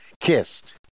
kissed